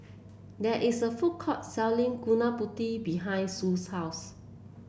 there is a food court selling Gudeg Putih behind Sue's house